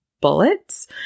bullets